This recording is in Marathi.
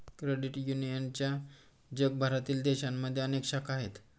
क्रेडिट युनियनच्या जगभरातील देशांमध्ये अनेक शाखा आहेत